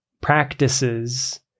practices